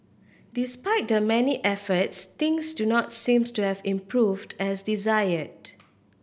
despite the many efforts things do not seem to have improved as desired